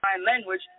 language